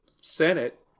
Senate